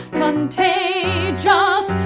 contagious